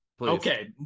okay